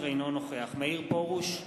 אינו נוכח מאיר פרוש,